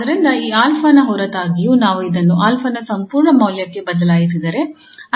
ಆದ್ದರಿಂದ ಈ 𝑎 ನ ಹೊರತಾಗಿಯೂ ನಾವು ಇದನ್ನು 𝑎 ನ ಸಂಪೂರ್ಣ ಮೌಲ್ಯಕ್ಕೆ ಬದಲಾಯಿಸಿದರೆ ಅಂದರೆ